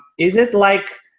is it like,